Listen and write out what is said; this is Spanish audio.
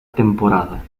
temporada